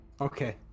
Okay